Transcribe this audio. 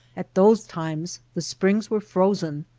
at those times the springs were frozen,